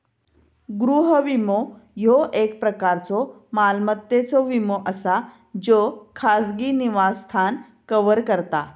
गृह विमो, ह्यो एक प्रकारचो मालमत्तेचो विमो असा ज्यो खाजगी निवासस्थान कव्हर करता